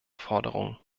forderungen